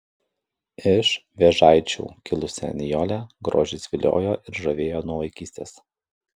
iš vėžaičių kilusią nijolę grožis viliojo ir žavėjo nuo vaikystės